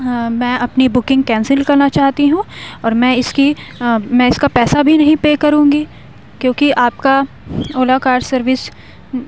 میں اپنی booking cancel کرنا چاہتی ہوں اور میں اس کی میں اس کا پیسہ بھی نہیں پے کروں گی کیونکہ آپ کا اولا کار سروس